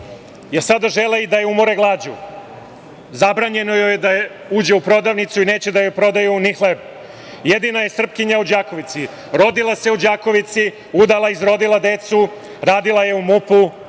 još sada žele da je umore glađu. Zabranjeno joj je da uđu u prodavnicu i neće da joj prodaju ni hleb. Jedina je Srpkinja u Đakovici. Rodila se u Đakovici, udala, izrodila decu, radila je u MUP